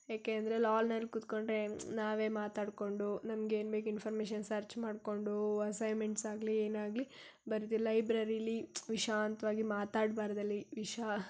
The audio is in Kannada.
ಏಕೆ ಅಂದರೆ ಲಾನ್ನಲ್ಲಿ ಕೂತ್ಕೊಂಡರೆ ನಾವೇ ಮಾತಾಡಿಕೊಂಡು ನಮ್ಗೆ ಏನು ಬೇಕು ಇನ್ಫಾರ್ಮೇಶನ್ ಸರ್ಚ್ ಮಾಡಿಕೊಂಡು ಅಸೈನ್ಮೆಂಟ್ಸ್ ಆಗಲಿ ಏನೇ ಆಗಲಿ ಬರೀತೀವಿ ಲೈಬ್ರೆರಿಲಿ ಪ್ರಶಾಂತವಾಗಿ ಮಾತಾಡಬಾರ್ದಲ್ಲಿ ವಿಶಾ